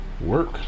Work